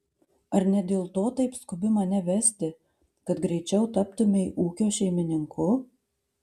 ar ne dėl to taip skubi mane vesti kad greičiau taptumei ūkio šeimininku